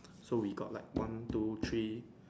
so we got like one two three